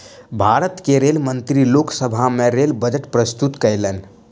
भारत के रेल मंत्री लोक सभा में रेल बजट प्रस्तुत कयलैन